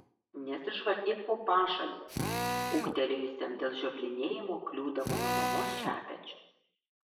nesižvalgyk po pašalius ūgtelėjusiam dėl žioplinėjimo kliūdavo nuo mamos šepečiu